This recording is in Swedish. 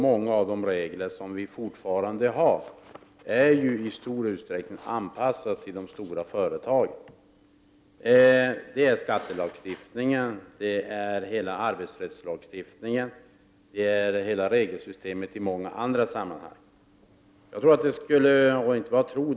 Många av de regler vi fortfarande har — det gäller skattelagstiftningen, hela arbetsrättslagstiftningen och hela regelsystemet i många andra sammanhang — är i stor utsträckning anpassade till de stora företagen.